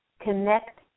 Connect